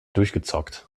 durchgezockt